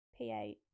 P8